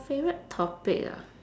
favourite topic ah